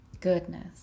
Goodness